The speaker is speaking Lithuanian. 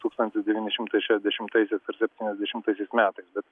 tūkstantis devyni šimtai šešiasdešimtaisiais ar septyniasdešimtaisiais metais bet